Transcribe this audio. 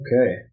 Okay